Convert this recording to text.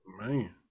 Man